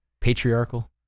Patriarchal